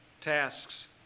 tasks